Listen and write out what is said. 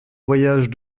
voyage